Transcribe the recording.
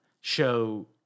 show